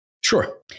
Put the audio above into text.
Sure